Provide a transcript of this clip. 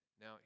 Now